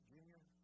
Junior